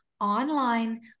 online